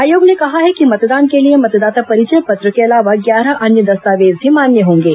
आयोग ने कहा है कि मतदान के लिए मतदाता परिचय पत्र के अलावा ग्यारह अन्य दस्तावेज भी मान्य होंगे